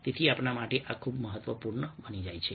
તેથી આપણા માટે આ ખૂબ જ મહત્વપૂર્ણ બની જાય છે